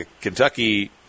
Kentucky